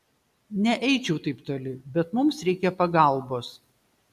neeičiau taip toli bet mums reikia pagalbos